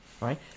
right